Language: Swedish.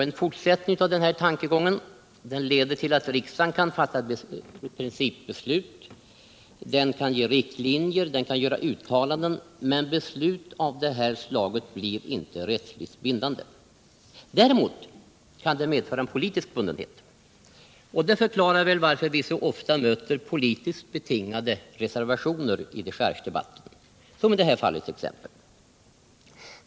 En fortsättning av denna tankegång leder till att riksdagen kan fatta principbeslut, den kan ge riktlinjer och göra uttalanden, men beslut av det här slaget blir inte rättsligt bindande. Däremot kan de medföra en politisk bundenhet, och det förklarar väl varför vi så ofta möter politiskt betingade reservationer i dechargedebatten som t.ex. i det här fallet.